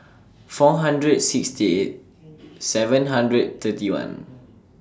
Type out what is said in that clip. four hundred sixty eight seven hundred thirty one